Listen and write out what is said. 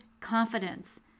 confidence